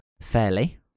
fairly